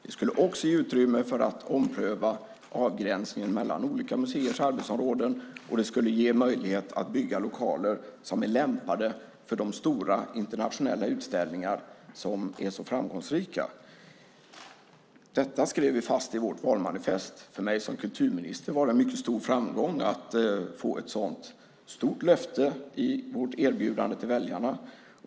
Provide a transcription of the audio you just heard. Det skulle också ge utrymme för att ompröva avgränsningen mellan olika museers arbetsområden och det skulle ge möjlighet att bygga lokaler som är lämpade för de stora internationella utställningar som är så framgångsrika. Detta skrev vi fast i vårt valmanifest. För mig som kulturminister var det en mycket stor framgång att få ett sådant stort löfte i vårt erbjudande till väljarna.